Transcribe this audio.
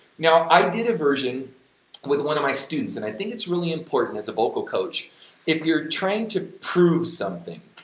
now, i did a version with one of my students and i think it's really important as a vocal coach if you're trying to prove something,